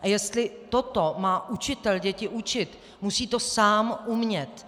A jestli toto má učitel děti učit, musí to sám umět.